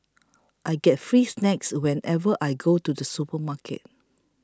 I get free snacks whenever I go to the supermarket